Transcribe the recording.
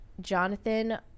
Jonathan